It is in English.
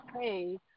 hey